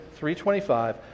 325